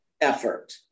effort